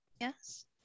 Yes